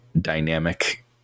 dynamic